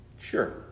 Sure